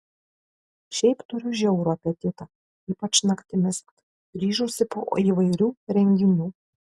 šiaip turiu žiaurų apetitą ypač naktimis grįžusi po įvairių renginių